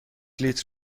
لیتر